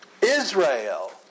Israel